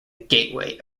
gateway